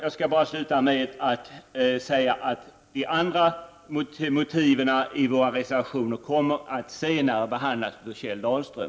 Jag vill sluta med att säga att de andra motiven i våra reservationer kommer att behandlas senare av Kjell Dahlström.